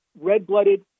red-blooded